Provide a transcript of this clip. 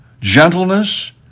gentleness